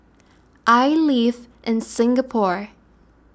I live in Singapore